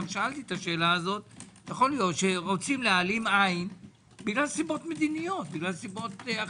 שאלתי שרוצים להעלים עין מסיבות מדיניות,